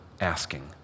asking